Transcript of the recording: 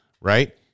right